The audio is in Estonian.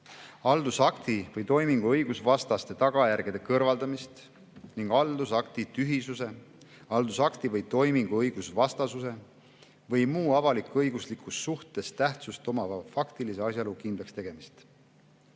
haldusakti või toimingu õigusvastaste tagajärgede kõrvaldamist ning haldusakti tühisuse, haldusakti või toimingu õigusvastasuse või muu avalik-õiguslikus suhtes tähtsust omava faktilise asjaolu kindlakstegemist.